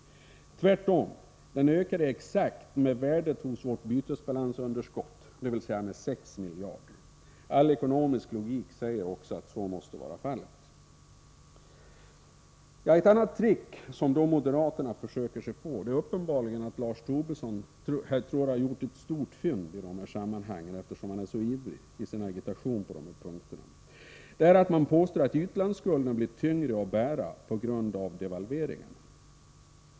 Tvärtom, den ökade exakt med värdet hos vårt bytesbalansunderskott, dvs. med 6 miljarder. All ekonomisk logik säger också att så måste vara fallet. Ett annat trick som moderaterna försöker sig på är att man påstår att utlandsskulden blir tyngre att bära på grund av devalveringarna.